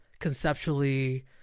conceptually